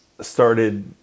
started